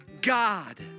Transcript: God